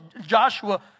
Joshua